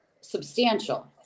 substantial